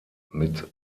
mit